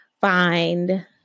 find